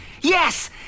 Yes